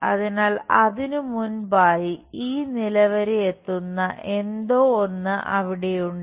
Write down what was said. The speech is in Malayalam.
അതിനാൽ അതിനു മുൻപായി ഈ നില വരെ എത്തുന്ന എന്തോ ഒന്ന് അവിടെ ഉണ്ട്